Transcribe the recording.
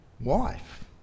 wife